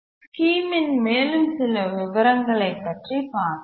scheme ன் மேலும் சில விவரங்களைப் பற்றி பார்ப்போம்